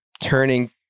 turning